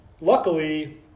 luckily